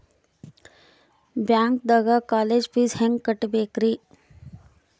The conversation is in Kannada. ಬ್ಯಾಂಕ್ದಾಗ ಕಾಲೇಜ್ ಫೀಸ್ ಹೆಂಗ್ ಕಟ್ಟ್ಬೇಕ್ರಿ?